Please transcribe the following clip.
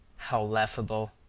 how laughable!